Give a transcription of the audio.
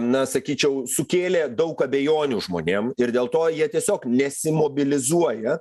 na sakyčiau sukėlė daug abejonių žmonėm ir dėl to jie tiesiog nesimobilizuoja